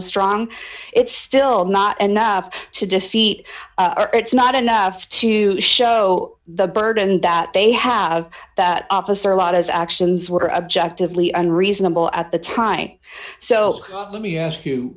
strong it's still not enough to defeat it's not enough to show the burden that they have that officer lott as actions were objective lee and reasonable at the time so let me ask you